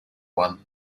one